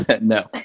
no